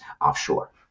offshore